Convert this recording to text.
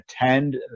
attend